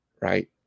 right